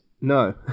No